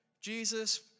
Jesus